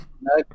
no